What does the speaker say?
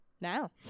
Now